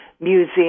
museum